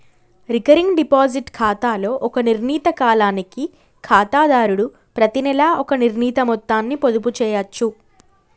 recurring deposit ఖాతాలో ఒక నిర్ణీత కాలానికి ఖాతాదారుడు ప్రతినెలా ఒక నిర్ణీత మొత్తాన్ని పొదుపు చేయచ్చు